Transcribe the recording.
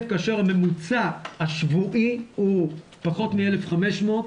כאשר הממוצע השבועי הוא פחות מ-1,500.